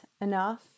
enough